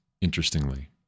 interestingly